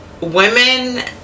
women